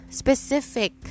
specific